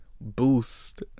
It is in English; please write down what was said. boost